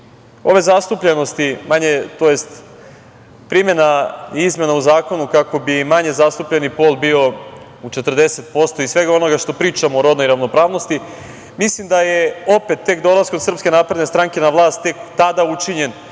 ove zastupljenosti, tj. primena izmena u zakonu kako bi manje zastupljeni pol bio u 40% i svega onoga što pričamo o rodnoj ravnopravnosti, mislim da je opet tek dolaskom SNS na vlast tek tada učinjen